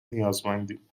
نیازمندیم